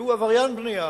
שהוא עבריין בנייה,